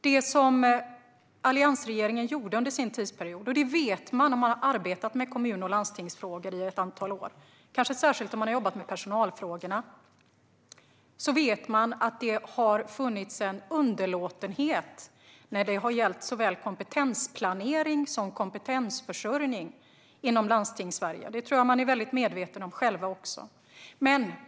De som har arbetat med kommun och landstingsfrågor i ett antal år, kanske särskilt med personalfrågorna, vet att det har funnits en underlåtenhet när det har gällt såväl kompetensplanering som kompetensförsörjning inom Landstingssverige. Det tror jag att man är väldigt medvetna om själva också.